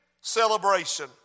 celebration